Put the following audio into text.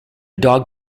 dog